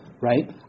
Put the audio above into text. right